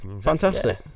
Fantastic